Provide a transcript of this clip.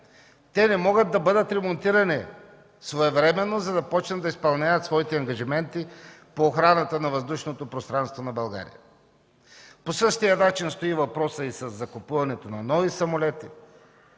те не могат да бъдат ремонтирани своевременно, за да започнат да изпълняват своите ангажименти по охраната на въздушното пространство на България. По същия начин стои въпросът и със закупуването на нови самолети,